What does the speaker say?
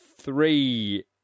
three